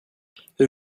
hur